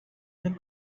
the